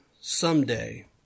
someday